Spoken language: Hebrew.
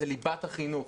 זה ליבת החינוך.